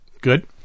Good